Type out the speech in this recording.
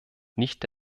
nicht